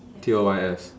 T O Y S